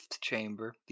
chamber